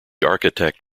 architect